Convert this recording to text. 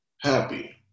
happy